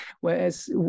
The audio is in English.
Whereas